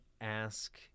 ask